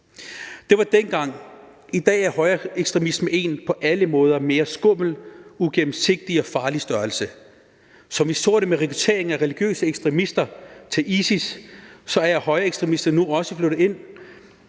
Det var dengang. I dag er højreekstremismen en på alle måder mere skummel, uigennemsigtig og farlig størrelse. Som vi så det med rekrutteringen af religiøse ekstremister til ISIS, er højreekstremister nu også flyttet ind